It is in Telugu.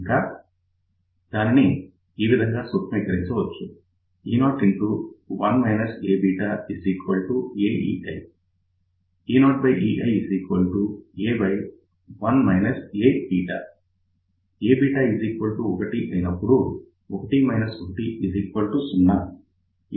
ఇంకా దానిని ఈవిధంగా సూక్ష్మీకరించవచ్చు eo1 AβAei eoeiA1 Aβ Aβ 1 అయినప్పుడు 1 1 0 A0 ∞